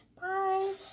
Bye